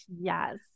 Yes